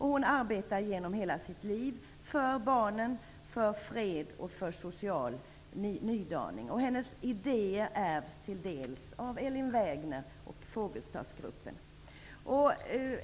Hela sitt liv arbetade hon för barnen, för fred och för social nydaning. Hennes idéer ärvdes till en del av Elin Wägner och Fogelstadsgruppen.